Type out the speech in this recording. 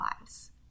lives